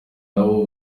nabo